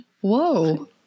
Whoa